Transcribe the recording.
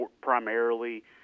primarily